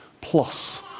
plus